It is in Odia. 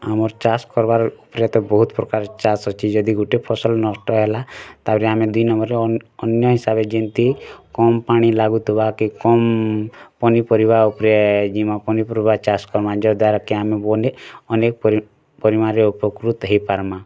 ଆମର୍ ଚାଷ୍ କରବାର୍ ତ ବହୁତ ପ୍ରକାର୍ ଚାଷ୍ ଅଛି ଯଦି ଗୁଟେ ଫସଲ ନଷ୍ଟ ହେଲା ତାହେଲେ ଆମେ ଦୁଇ ନମ୍ବର୍ରେ ଅନ୍ୟ ହିସାବ ରେ ଯେମିତି କମ୍ ପାଣି ଲାଗୁଥିବା କି କମ୍ ପନିପରିବା ଉପରେ ଜିମ୍ ପନିପରିବା ଚାଷ୍ କରମା ଯ ଦ୍ଵାରା କି ଆମେ ବନେ ଅନେକ୍ ପରିମାଣ ରେ ଉପକୃତ ହେଇ ପାରମା